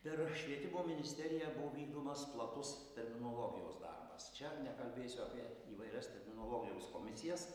per švietimo ministeriją buvo vykdomas platus terminologijos darbas čia nekalbėsiu apie įvairias terminologijos komisijas